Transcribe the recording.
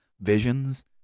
Visions